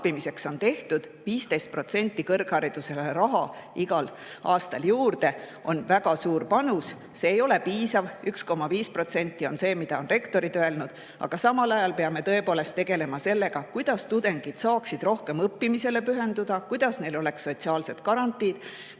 lappimiseks on tehtud. 15% kõrgharidusele raha igal aastal juurde on väga suur panus. See ei ole piisav, 1,5% [SKP‑st] on see, mida on rektorid öelnud. Aga samal ajal peame tõepoolest tegelema sellega, kuidas tudengid saaksid rohkem õppimisele pühenduda, kuidas neil oleks sotsiaalsed garantiid,